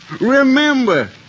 Remember